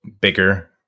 Bigger